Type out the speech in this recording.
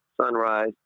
sunrise